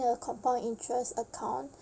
a compound interest account